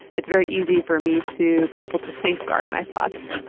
it's very easy for me to be able to safeguard my thoughts.